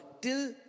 till